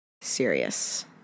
serious